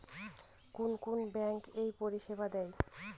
কোন কোন ব্যাঙ্ক এই পরিষেবা দেয়?